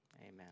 Amen